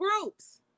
groups